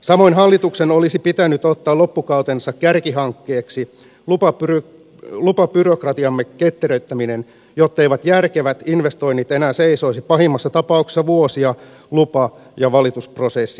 samoin hallituksen olisi pitänyt ottaa loppukautensa kärkihankkeeksi lupabyrokratiamme ketteröittäminen jotteivät järkevät investoinnit enää seisoisi pahimmassa tapauksessa vuosia lupa ja valitusprosessien takia